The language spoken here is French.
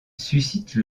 suscite